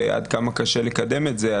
ועד כמה קשה לקדם את זה.